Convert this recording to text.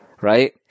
Right